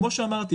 כמו שאמרתי,